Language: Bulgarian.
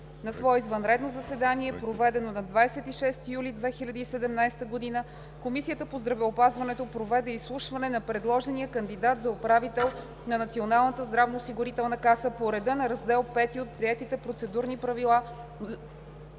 На свое извънредно заседание, проведено на 26 юли 2017 г., Комисията по здравеопазването проведе изслушване на предложения кандидат за управител на Националната здравноосигурителна каса по реда на Раздел V от приетите процедурни правила